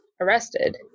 arrested